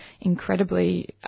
incredibly